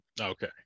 Okay